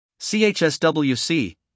CHSWC